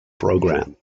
program